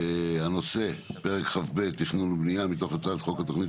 הנושא פרק כ"ב (תכנון ובנייה) מתוך הצעת חוק התוכנית